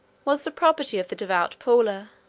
was the property of the devout paula